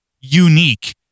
unique